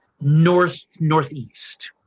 north-northeast